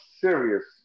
serious